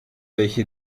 welche